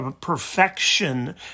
perfection